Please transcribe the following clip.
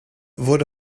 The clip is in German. wurde